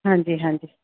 ਹਾਂਜੀ ਹਾਂਜੀ